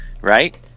right